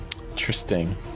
Interesting